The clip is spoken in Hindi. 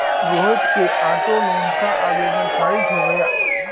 रोहित के ऑटो लोन का आवेदन खारिज हो गया